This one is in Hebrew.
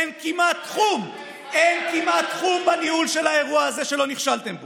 אין כמעט תחום בניהול של האירוע הזה שלא נכשלתם בו.